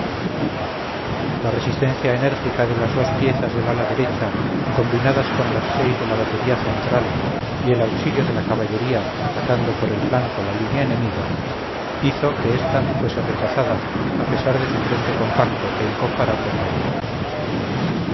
la resistencia enérgica de las dos piezas del ala derecha combinadas con las seis de la batería central y el auxilio de la caballería atacando por el flanco la línea enemiga hizo que esta fuese rechazada a pesar de su frente compacto e incomparable bravura